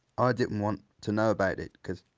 didn't want to know about it, because